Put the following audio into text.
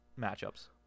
matchups